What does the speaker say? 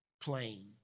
plain